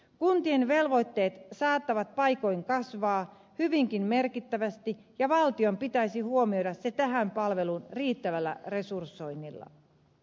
kuntien velvoitteet saattavat paikoin kasvaa hyvinkin merkittävästi ja valtion pitäisi huomioida se tähän palveluun riittävällä resursoinnilla